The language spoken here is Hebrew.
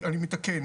אני מתקן,